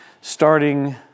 starting